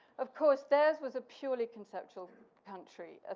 of course, theirs was a purely conceptual country,